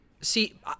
See